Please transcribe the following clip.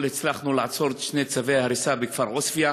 הצלחנו לעצור שני צווי הריסה בכפר עוספיא,